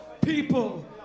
people